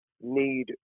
need